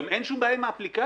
גם אין שום בעיה עם האפליקציות,